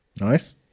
Nice